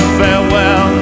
farewell